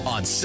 on